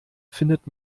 findet